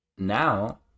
Now